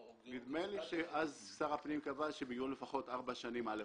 --- נדמה לי שאז שר הפנים קבע שהם יהיו לפחות ארבע שנים א'5,